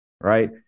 right